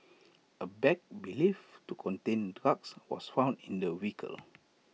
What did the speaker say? A bag believed to contain drugs was found in the vehicle